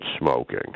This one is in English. smoking